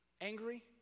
angry